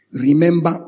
Remember